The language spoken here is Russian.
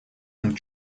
нам